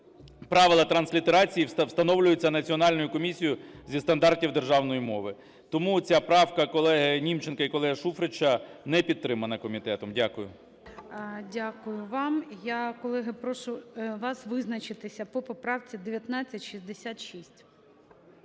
правила транслітерації встановлюються Національною комісією зі стандартів державної мови. Тому ця правка колеги Німченка і колеги Шуфрича не підтримана комітетом. Дякую. ГОЛОВУЮЧИЙ. Дякую вам. Я, колеги, прошу вас визначитися по поправці 1966.